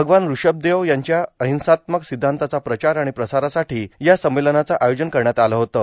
भगवान ऋषभ देव यांच्या अहिंसात्मक सिद्धान्ताचा प्रचार आणि प्रसारासाठी या संमेलनाचं आयोजन करण्यात आलं होतं